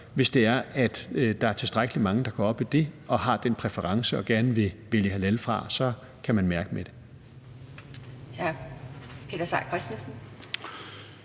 Hvis der er tilstrækkelig mange, der går op i det og har den præference og gerne vil vælge halal fra, så kan man mærke med det.